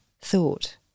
thought